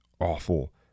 awful